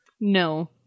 no